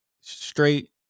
straight